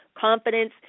Confidence